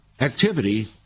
activity